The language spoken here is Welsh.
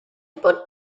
bod